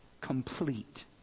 complete